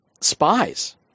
spies